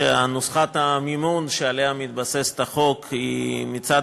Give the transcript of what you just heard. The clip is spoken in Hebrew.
שנוסחת המימון שעליה מתבססת הצעת החוק היא מצד